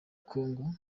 kongo